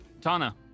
Tana